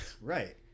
Right